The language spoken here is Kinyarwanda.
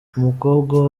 umukobwa